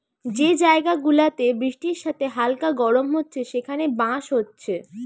যে জায়গা গুলাতে বৃষ্টির সাথে হালকা গরম হচ্ছে সেখানে বাঁশ হচ্ছে